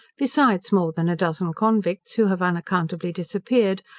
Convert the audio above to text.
besides more than a dozen convicts who have unaccountably disappeared,